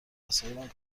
وسایلم